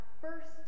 first